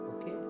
Okay